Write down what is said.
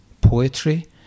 poetry